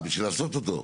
בשביל לעשות אותו.